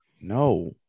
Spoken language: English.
No